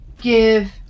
give